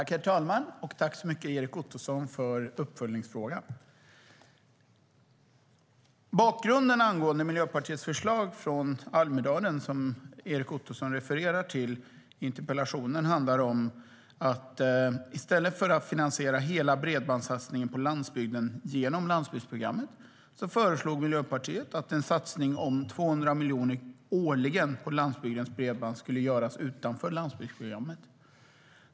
Herr talman! Jag tackar Erik Ottoson för uppföljningsfrågan. Bakgrunden är följande: Miljöpartiets förslag från Almedalen, som Erik Ottoson refererar till i interpellationen, handlar om att man i stället för att finansiera hela bredbandssatsningen på landsbygden genom Landsbygdsprogrammet skulle satsa 200 miljoner årligen på landsbygdens bredband utanför Landsbygdsprogrammet.